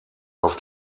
auf